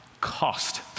cost